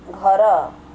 ଘର